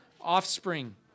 offspring